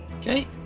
Okay